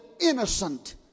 innocent